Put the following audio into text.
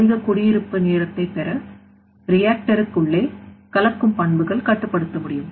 அதிக குடியிருப்பு நேரத்தை பெற reactor உள்ளே கலக்கும் பண்புகள் கட்டுப்படுத்த வேண்டும்